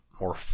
more